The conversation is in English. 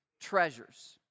treasures